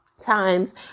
times